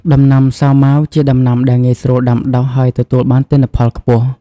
ដំណាំសាវម៉ាវជាដំណាំដែលងាយស្រួលដាំដុះ ហើយទទួលបានទិន្នផលខ្ពស់។